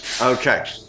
Okay